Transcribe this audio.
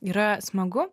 yra smagu